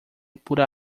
pura